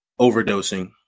overdosing